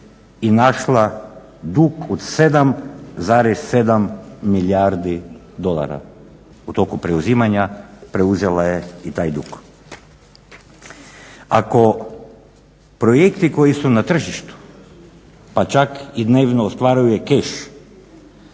i našla dug od 7,7 milijardi dolara. U toku preuzimanja preuzela je i taj dug. Ako projekti koji su na tržištu pa čak i dnevno ostvaruje keš,